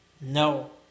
No